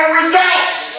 results